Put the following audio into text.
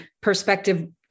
perspective